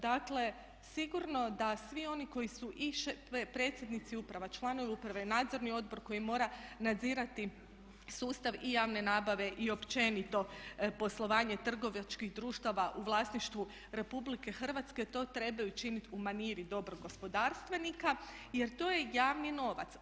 Dakle sigurno da svi oni koji su predsjednici uprava, članovi uprava i nadzorni odbor koji mora nadzirati sustav i javne nabave i općenito poslovanja trgovačkih društava u vlasništvu Republike Hrvatske to trebaju učiniti u maniri dobrog gospodarstvenika jer to je javni novac.